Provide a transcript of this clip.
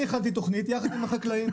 אני הכנתי תוכנית יחד עם החקלאים.